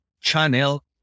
channel